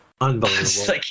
unbelievable